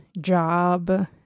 job